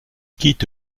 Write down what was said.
quitte